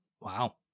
Wow